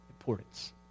importance